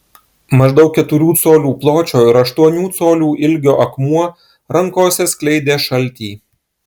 maždaug keturių colių pločio ir aštuonių colių ilgio akmuo rankose skleidė šaltį